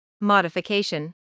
modification